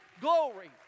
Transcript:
glory